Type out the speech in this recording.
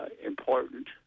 important